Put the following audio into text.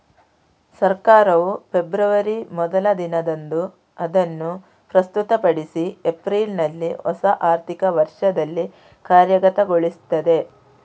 ಸರ್ಕಾರವು ಫೆಬ್ರವರಿ ಮೊದಲ ದಿನದಂದು ಅದನ್ನು ಪ್ರಸ್ತುತಪಡಿಸಿ ಏಪ್ರಿಲಿನಲ್ಲಿ ಹೊಸ ಆರ್ಥಿಕ ವರ್ಷದಲ್ಲಿ ಕಾರ್ಯಗತಗೊಳಿಸ್ತದೆ